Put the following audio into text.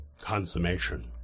consummation